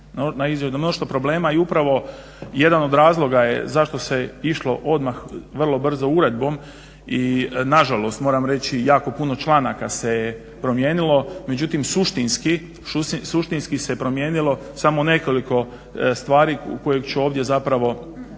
naiđite na mnoštvo problema i upravo jedan od razloga je zašto se išlo odmah vrlo brzo uredbom, i nažalost moram reći jako puno članaka se je promijenilo, međutim suštinski se promijenilo samo nekoliko stvari, koje ću ovdje evo